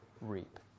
reap